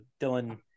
Dylan